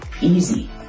easy